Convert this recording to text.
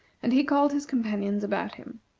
and he called his companions about him.